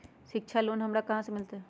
शिक्षा लोन हमरा कहाँ से मिलतै?